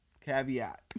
caveat